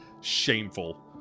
shameful